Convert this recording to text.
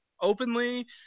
openly